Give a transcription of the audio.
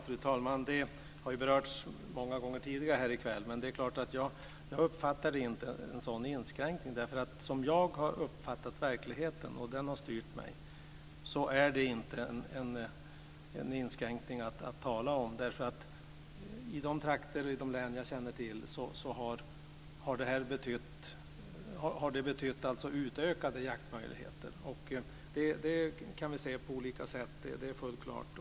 Fru talman! Detta har berörts många gånger tidigare här i kväll. Men jag uppfattar inte en sådan inskränkning. Som jag har uppfattat verkligheten - och den har styrt mig - så är detta inte någon inskränkning att tala om. I de län som jag känner till har detta nämligen betytt utökade jaktmöjligheter. Detta kan vi se på olika sätt - det är fullt klart.